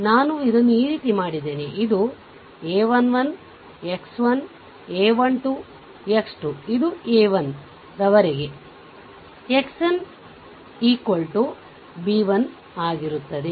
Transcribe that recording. ನಾನು ಇದನ್ನು ಈ ರೀತಿ ಮಾಡುತ್ತಿದ್ದೇನೆ ಇದು a 1 1 x 1 a 1 2 x 2 ಇದು a 1 ರವರೆಗೆ xn b 1 ಆಗಿರುತ್ತದೆ